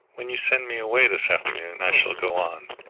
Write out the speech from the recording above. when you send me away this afternoon, i shall go on.